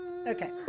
Okay